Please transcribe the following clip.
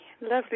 Lovely